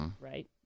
right